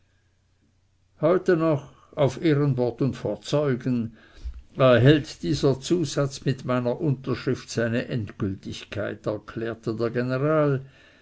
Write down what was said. werden heute noch auf ehrenwort und vor zeugen erhält dieser zusatz mit meiner unterschrift seine endgültigkeit erklärte der general